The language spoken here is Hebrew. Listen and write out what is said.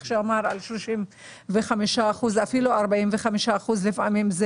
על 35%, ולפעמים אפילו 45%. זה